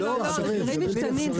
לא, המחירים משתנים.